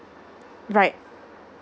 right